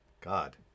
god